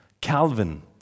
Calvin